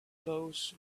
blows